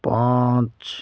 پانچ